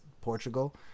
Portugal